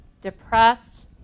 depressed